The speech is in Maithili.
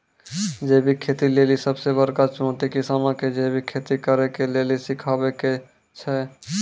जैविक खेती लेली सबसे बड़का चुनौती किसानो के जैविक खेती करे के लेली सिखाबै के छै